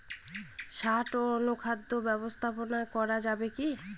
সাড় ও অনুখাদ্য ব্যবস্থাপনা করা যাবে কি?